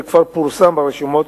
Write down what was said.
וכבר פורסם ברשומות,